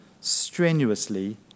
strenuously